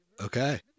Okay